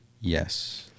Yes